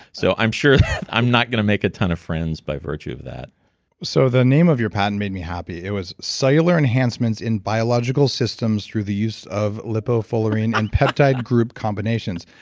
so, i'm sure i'm not going to make a ton of friends by virtue of that so, the name of your patent made me happy. it was cellular enhancements in biological systems through the use of lipofullerene and peptide group combinations.